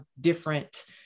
different